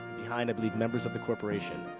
behind, i believe, members of the corporation.